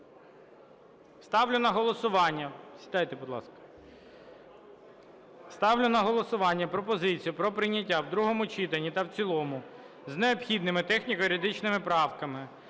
Ставлю на голосування пропозицію про прийняття в другому читанні та в цілому з необхідними техніко-юридичними правками